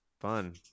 fun